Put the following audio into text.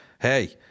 hey